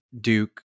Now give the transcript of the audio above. Duke